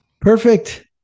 Perfect